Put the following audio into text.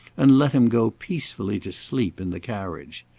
and let him go peacefully to sleep in the carriage.